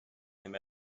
him